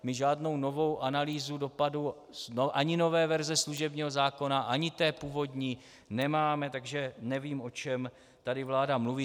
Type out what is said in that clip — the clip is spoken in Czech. My žádnou novou analýzu dopadů ani nové verze služebního zákona ani té původní nemáme, takže nevím, o čem vláda tady mluví.